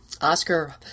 Oscar